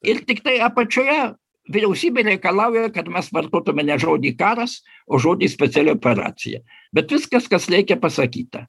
ir tiktai apačioje vyriausybė reikalauja kad mes vartotume ne žodį karas o žodį speciali operacija bet viskas kas reikia pasakyta